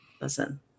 listen